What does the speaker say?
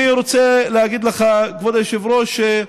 אני רוצה להגיד לך, כבוד היושב-ראש,